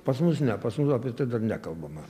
pas mus ne pas mus apie tai dar nekalbama